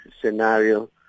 scenario